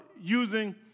Using